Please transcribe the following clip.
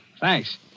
Thanks